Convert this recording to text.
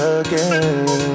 again